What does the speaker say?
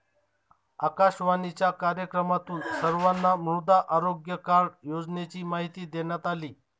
आकाशवाणीच्या कार्यक्रमातून सर्वांना मृदा आरोग्य कार्ड योजनेची माहिती देण्यात आली